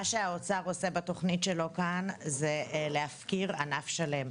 מה שהאוצר עושה בתכנית שלו כאן זה להפקיר ענף שלם.